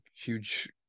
huge